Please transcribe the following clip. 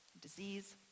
disease